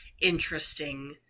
interesting